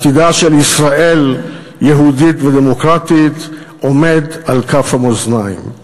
עתידה של ישראל יהודית ודמוקרטית עומד על כף המאזניים.